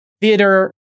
theater